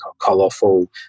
colourful